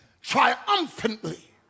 triumphantly